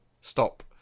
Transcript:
stop